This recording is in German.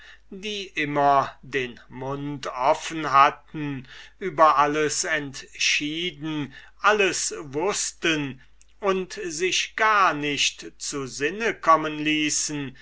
die immer den mund offen hatten über alles entschieden alles wußten und sich gar nicht zu sinne kommen ließen